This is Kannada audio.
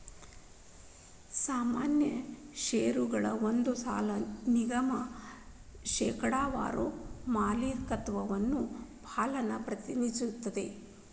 ಸಾಮಾನ್ಯ ಷೇರಗಳ ಒಂದ್ ಪಾಲ ನಿಗಮದ ಶೇಕಡಾವಾರ ಮಾಲೇಕತ್ವದ ಪಾಲನ್ನ ಪ್ರತಿನಿಧಿಸ್ತದ